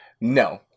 No